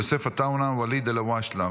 יוסף עטאונה, ואליד אלהואשלה.